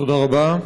תודה רבה.